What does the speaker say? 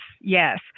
yes